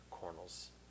Cornels